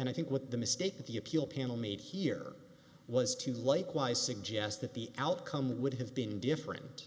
and i think what the mistake that the appeal panel made here was to likewise suggest that the outcome would have been different